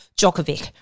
Djokovic